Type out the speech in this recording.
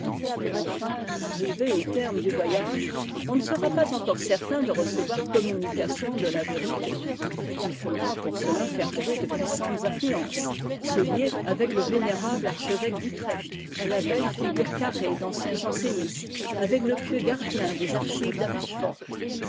et enfin arrive au terme du voyage on ne sera pas encore certain de recevoir communication de la vérité il faudra pour cela faire jouer de puissantes influences se lier avec le vénérable archevêque d'utrecht à la belle figure carrée d'ancien janséniste avec le pieux gardien des archives